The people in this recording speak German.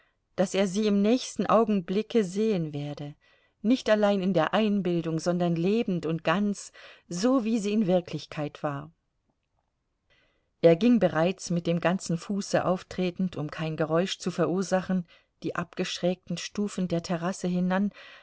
daß er sie im nächsten augenblicke sehen werde nicht allein in der einbildung sondern lebend und ganz so wie sie in wirklichkeit war er ging bereits mit dem ganzen fuße auftretend um kein geräusch zu verursachen die abgeschrägten stufen der terrasse hinan